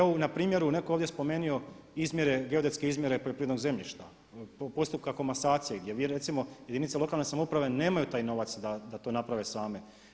Evo na primjeru, netko je ovdje spomenuo izmjere, geodetske izmjere poljoprivrednog zemljišta, postupka komasacije gdje vi recimo jedinice lokalne samouprave nemaju taj novac da to naprave same.